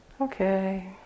okay